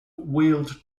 wheeled